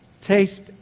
taste